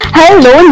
Hello